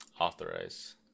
authorize